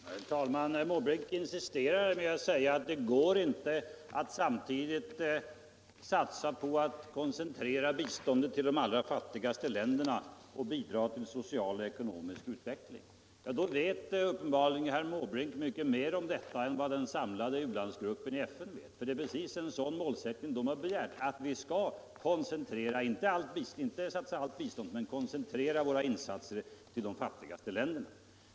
Herr talman! Herr Måbrink insisterar på att det inte går att samtidigt koncentrera biståndet till de fattigaste länderna och bidra till den sociala och ekonomiska utvecklingen. Då tror sig uppenbarligen herr Måbrink veta mycket mer om detta än den samlade u-landsgruppen i FN, för vad den begärt är att vi skall koncentrera våra insatser till de fattigaste länderna.